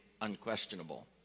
unquestionable